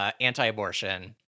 anti-abortion